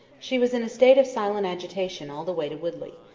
she was in a state of silent agitation all the way to woodley.